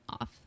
off